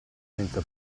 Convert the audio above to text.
senza